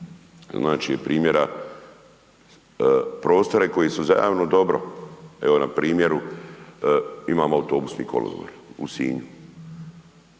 znači primjera, prostore koje su za javno dobro. Evo na primjeru imamo autobusni kolodvor u Sinju